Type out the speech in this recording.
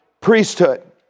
priesthood